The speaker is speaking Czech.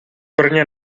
brně